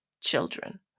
children